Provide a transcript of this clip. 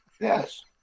Yes